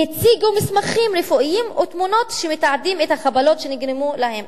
והציגו מסמכים רפואיים ותמונות שמתעדות את החבלות שנגרמו להם.